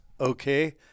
okay